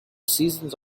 seasons